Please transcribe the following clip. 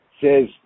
says